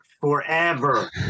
forever